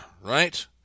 right